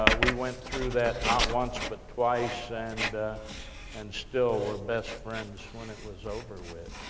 ah we went through that, not once, but twice, and and still we're best friends, when it was over with.